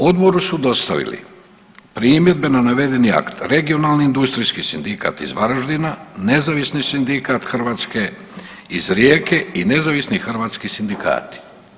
Odboru su dostavili primjedbe na navedeni akt Regionalni industrijski sindikat iz Varaždina, Nezavisni sindikat Hrvatske iz Rijeke i Nezavisni hrvatski sindikati.